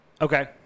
Okay